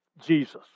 Jesus